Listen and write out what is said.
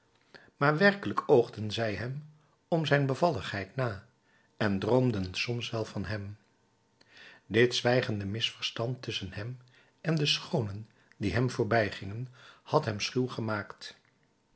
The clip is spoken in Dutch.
maar werkelijk oogden zij hem om zijn bevalligheid na en droomden soms wel van hem dit zwijgende misverstand tusschen hem en de schoonen die hem voorbijgingen had hem schuw gemaakt